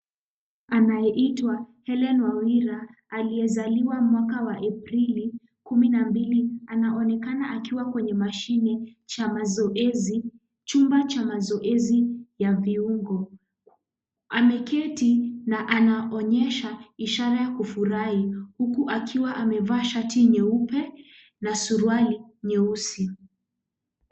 Anayeitwa Helen Wawira aliyezaliwa mwaka wa Aprili 12 anaonekana akiwa kwenye mashini cha mazoezi. Chumba cha mazoezi ya viungo. Ameketi na anaonyesha ishara ya kufurahi huku akiwa amevaa shati nyeupe na suruali nyeusi.